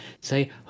say